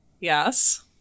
Yes